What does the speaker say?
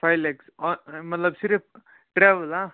five lakhs مطلب صِرف travel ہا